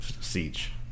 Siege